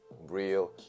real